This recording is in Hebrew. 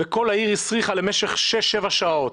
וכל העיר הסריחה למשך שש-שבע שעות,